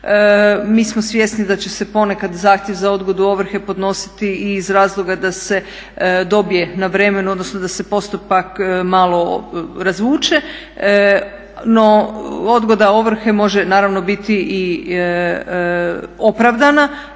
Mi smo svjesni da će se ponekad zahtjev za odgodu ovrhe podnositi i iz razloga da se dobije na vremenu odnosno da se postupak malo razvuče. No odgoda ovrhe može naravno biti i opravdana.